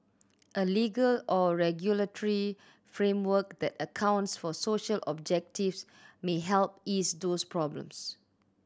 a legal or regulatory framework that accounts for social objectives may help ease those problems